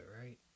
right